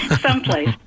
someplace